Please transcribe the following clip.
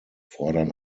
fordern